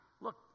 look